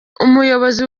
umuyobozi